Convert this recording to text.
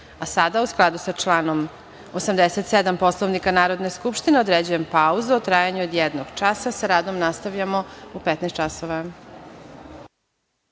u skladu sa članom 87. Poslovnika Narodne skupštine, određujem pauzu od trajanja od jednog časa. Sa radom nastavljamo u 15